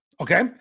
okay